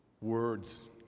words